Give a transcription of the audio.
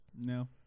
No